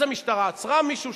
אז המשטרה עצרה מישהו,